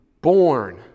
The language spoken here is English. born